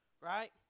right